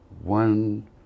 one